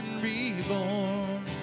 reborn